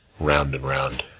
round and round.